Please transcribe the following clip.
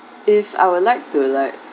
if I would like to like